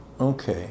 Okay